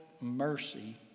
mercy